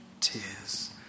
tears